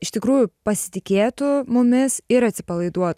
iš tikrųjų pasitikėtų mumis ir atsipalaiduotų